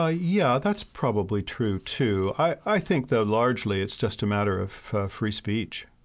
ah yeah, that's probably true, too. i think, though, largely it's just a matter of free speech.